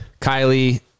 Kylie